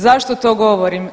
Zašto to govorim?